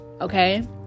okay